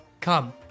Come